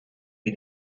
wie